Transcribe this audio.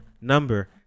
number